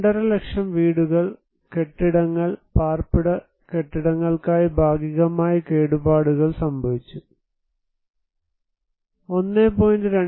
5 ലക്ഷം വീടുകൾ കെട്ടിടങ്ങൾ പാർപ്പിട കെട്ടിടങ്ങൾക്ക് ഭാഗികമായി കേടുപാടുകൾ സംഭവിച്ചു 1